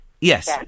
Yes